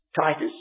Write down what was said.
Titus